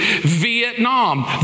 Vietnam